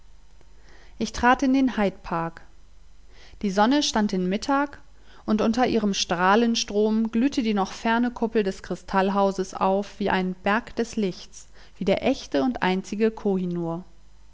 ich trat in den hyde park die sonne stand in mittag und unter ihrem strahlenstrom glühte die noch ferne kuppel des kristallhauses auf wie ein berg des lichts wie der echte und einzige